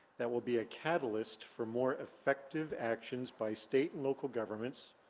that will be a catalyst for more effective actions by state and local governments,